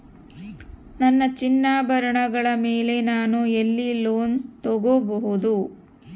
ನನ್ನ ಚಿನ್ನಾಭರಣಗಳ ಮೇಲೆ ನಾನು ಎಲ್ಲಿ ಲೋನ್ ತೊಗೊಬಹುದು?